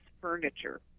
furniture